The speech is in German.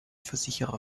versicherer